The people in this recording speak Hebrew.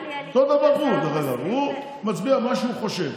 דרך אגב, אותו דבר הוא, הוא מצביע מה שהוא חושב,